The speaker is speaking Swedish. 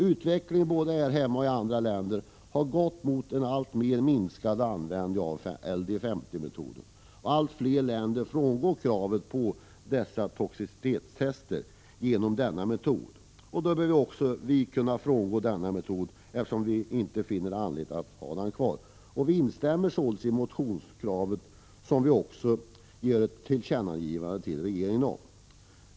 Utvecklingen både här hemma och i andra länder har inneburit en minskning av användningen av LD 50-metoden. Allt fler länder frångår kraven på toxicitetstester genom denna metod. Eftersom vi inte finner någon anledning att ha denna metod kvar, bör även vi kunna frångå den. Vi instämmer således i motionskravet, vilket vi också är beredda att ge ett tillkännagivande till regeringen om.